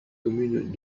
communes